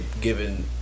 given